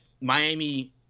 Miami